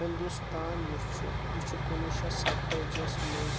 ہندوستان یُس چھُ یہِ چھُ کُنوہ شتھ ستی جِی یَس منٛز